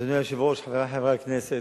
אדוני היושב-ראש, חברי חברי הכנסת,